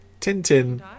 Tintin